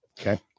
okay